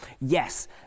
Yes